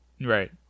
Right